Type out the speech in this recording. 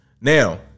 now